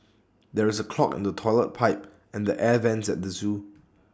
there is A clog in the Toilet Pipe and the air Vents at the Zoo